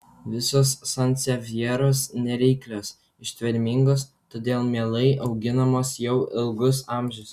visos sansevjeros nereiklios ištvermingos todėl mielai auginamos jau ilgus amžius